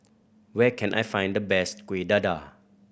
where can I find the best Kuih Dadar